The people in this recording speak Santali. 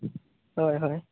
ᱦᱳᱭ ᱦᱳᱭ